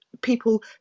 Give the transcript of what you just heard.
people